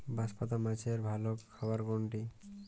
বাঁশপাতা মাছের ভালো খাবার কোনটি?